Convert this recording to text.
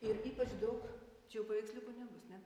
ir ypač daug čia jau paveiksliukų nebus ne